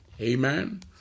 Amen